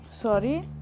sorry